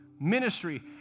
Ministry